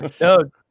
No